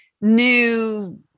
new